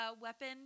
weapon